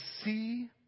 See